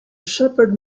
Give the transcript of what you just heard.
shepherd